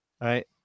right